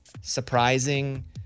surprising